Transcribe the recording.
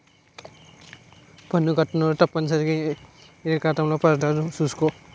పన్ను కట్టనోడు తప్పనిసరిగా ఇరకాటంలో పడతాడు సూసుకో